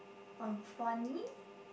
unfunny